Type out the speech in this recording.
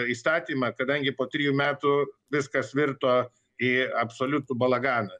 įstatymą kadangi po trijų metų viskas virto į absoliutų balaganą